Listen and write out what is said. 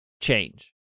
change